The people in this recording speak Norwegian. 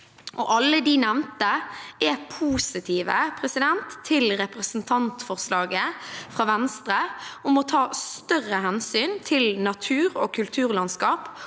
Alle de nevnte er positive til representantforslaget fra Venstre om å ta større hensyn til naturog kulturlandskap